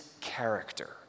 character